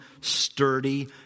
sturdy